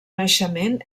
naixement